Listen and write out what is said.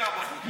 אומרים,